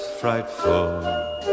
frightful